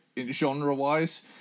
genre-wise